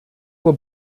were